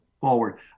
forward